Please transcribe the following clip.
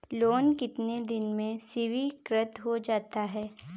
Loan कितने दिन में स्वीकृत हो जाता है?